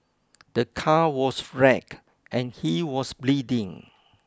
the car was wrecked and he was bleeding